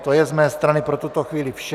To je z mé strany pro tuto chvíli vše.